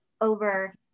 over